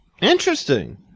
Interesting